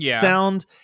sound